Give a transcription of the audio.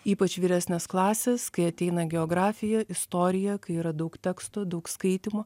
ypač vyresnės klasės kai ateina geografija istorija kai yra daug teksto daug skaitymo